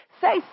say